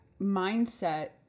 mindset